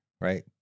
right